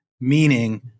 meaning